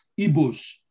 Ibos